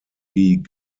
die